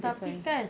tapi kan